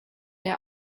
der